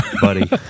buddy